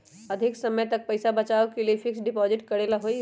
अधिक समय तक पईसा बचाव के लिए फिक्स डिपॉजिट करेला होयई?